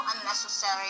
unnecessary